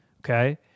Okay